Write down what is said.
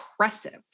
impressive